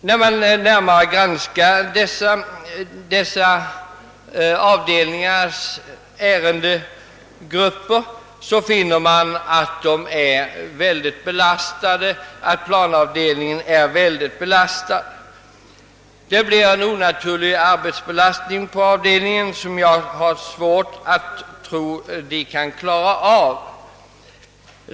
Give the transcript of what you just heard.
När man närmare granskar dessa avdelningars ärendegrupper, finner man att planavdelningen blir mycket belastad. Det blir i själva verket en så onaturlig arbetsbelastning, att jag har svårt att tro att det blir möjligt att klara av den.